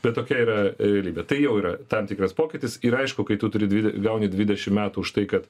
bet tokia yra realybė tai jau yra tam tikras pokytis yra aišku kai tu turi dvi gauni dvidešim metų už tai kad